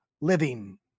living